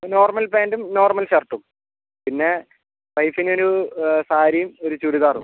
normal പാന്റും normal ഷർട്ടും പിന്നെ വൈഫിന് ഒരു സാരിയും ഒരു ചുരിദാറും